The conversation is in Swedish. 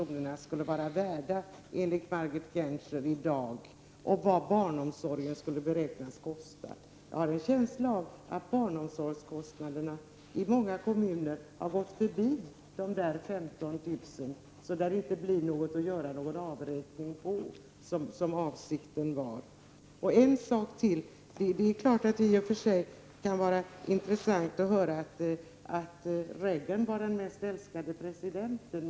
i vårdnadsbidrag skulle vara värda i dag enligt Margit Gennser och vad barnomsorgen skulle beräknas kosta. Jag har en känsla av att barnomsorgskostnaderna i många kommuner har gått förbi dessa 15 000 kr., och det lär inte finnas något att göra någon avräkning på, såsom avsikten var. Jag vill ta upp en sak till. Det är klart att det i och för sig kan vara intressant att höra att Reagan var den mest älskade presidenten.